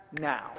now